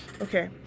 Okay